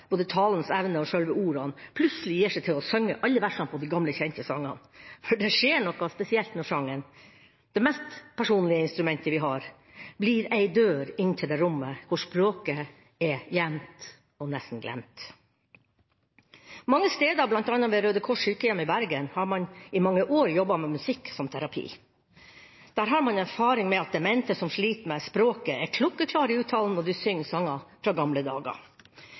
både talens evne og sjølve ordene, plutselig gir seg til å synge alle versene på de gamle kjente sangene. For det skjer noe spesielt når sangen, det mest personlige instrumentet vi har, blir ei dør inn til det rommet hvor språket er gjemt og nesten glemt. Mange steder, bl.a. ved Rød Kors Sykehjem i Bergen, har man i mange år jobbet med musikk som terapi. Der har man erfaring med at demente som sliter med språket, er klokkeklare i uttalen når de synger sanger fra